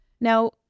Now